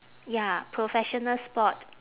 ya professional sport